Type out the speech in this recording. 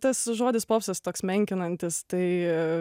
tas žodis popsas toks menkinantis tai